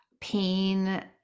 pain